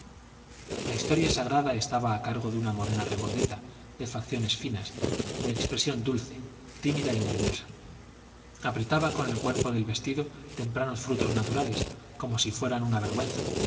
la historia sagrada estaba a cargo de una morena regordeta de facciones finas de expresión dulce tímida y nerviosa apretaba con el cuerpo del vestido tempranos frutos naturales como si fueran una vergüenza